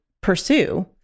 pursue